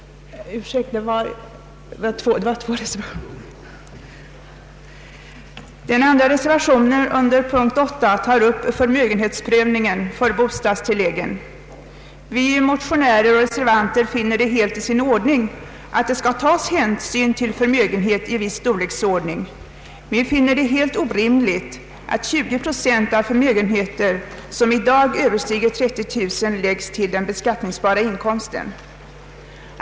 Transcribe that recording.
Den andra reservationen under p. 8 tar upp förmögenhetsprövningen för bostadstilläggen. Vi motionärer och reser vanter finner det helt i sin ordning att det skall tas hänsyn till förmögenhet av viss storleksordning, men vi finner det helt orimligt att 20 procent av förmögenheter, som i dag överstiger 30 000 kronor, läggs till den beskattningsbara inkomsten.